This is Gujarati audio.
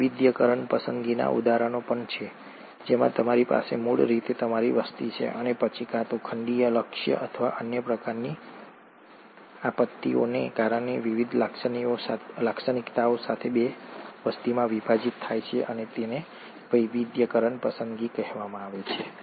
વૈવિધ્યીકરણ પસંદગીના ઉદાહરણો પણ છે જેમાં તમારી પાસે મૂળ રીતે તમારી વસ્તી છે અને પછી કાં તો ખંડીય લક્ષ્ય અથવા અન્ય પ્રકારની આપત્તિને કારણે તે વિવિધ લાક્ષણિકતાઓ સાથે બે વસ્તીમાં વિભાજિત થાય છે અને તેને વૈવિધ્યીકરણ પસંદગી કહેવામાં આવે છે